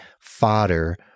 fodder